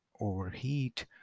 overheat